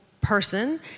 person